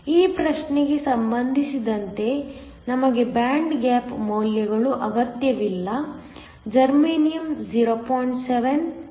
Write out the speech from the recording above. ಈ ಪ್ರಶ್ನೆ ಗೆ ಸಂಬಂಧಿಸಿದಂತೆ ನಮಗೆ ಬ್ಯಾಂಡ್ ಗ್ಯಾಪ್ ಮೌಲ್ಯಗಳು ಅಗತ್ಯವಿಲ್ಲ ಜರ್ಮೇನಿಯಮ್ 0